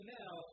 now